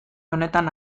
honetan